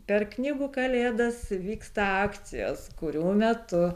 per knygų kalėdas vyksta akcijos kurių metu